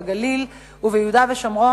בגליל וביהודה ושומרון.